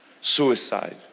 suicide